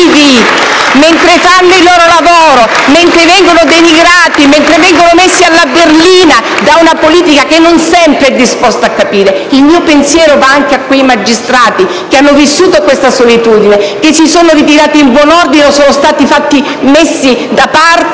e svolgono il loro lavoro, mentre vengono denigrati, mentre vengono messi alla berlina da una politica che non sempre è disposta a capire *(Applausi dai Gruppi PD e M5S)*. Il mio pensiero va anche a quei magistrati che hanno vissuto questa solitudine, che si sono ritirati in buon ordine o sono stati messi da parte